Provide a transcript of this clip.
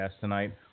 tonight